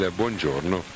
buongiorno